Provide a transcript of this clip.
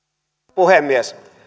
puhemies